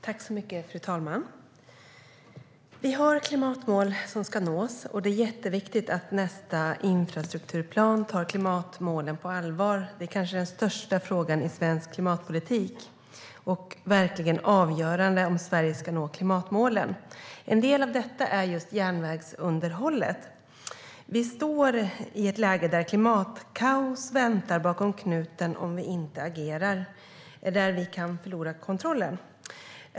Fru talman! Vi har klimatmål som ska nås. Det är jätteviktigt att nästa infrastrukturplan tar klimatmålen på allvar. Det är kanske den största frågan i svensk klimatpolitik och verkligen avgörande för om Sverige ska nå klimatmålen. En del av detta är just järnvägsunderhållet. Vi står i ett läge där klimatkaos väntar bakom knuten om vi inte agerar. Där kan vi förlora kontrollen.